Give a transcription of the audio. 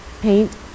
paint